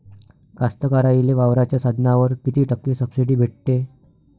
कास्तकाराइले वावराच्या साधनावर कीती टक्के सब्सिडी भेटते?